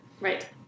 Right